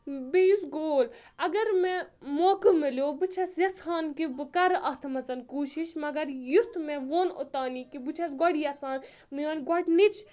بیٚیہِ یُس گول اگر مےٚ موقعہٕ مِلیو بہٕ چھَس یَژھان کہِ بہٕ کَرٕ اَتھ منٛز کوٗشِش مگر یُتھ مےٚ ووٚن اوٚتانی کہِ بہٕ چھَس گۄڈٕ یَژھان میون گۄڈٕ نِچ